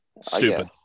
stupid